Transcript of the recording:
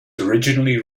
originally